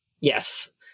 yes